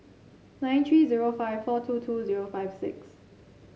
nine three zero five four two two zero five six